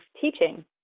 teaching